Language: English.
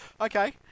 Okay